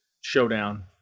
showdown